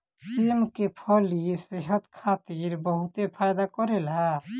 सेम के फली सेहत खातिर बहुते फायदा करेला